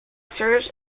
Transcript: serves